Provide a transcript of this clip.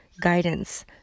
guidance